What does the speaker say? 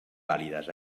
vàlides